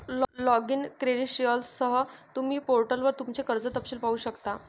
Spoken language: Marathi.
लॉगिन क्रेडेंशियलसह, तुम्ही पोर्टलवर तुमचे कर्ज तपशील पाहू शकता